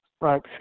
Right